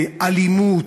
אלימות,